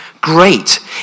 great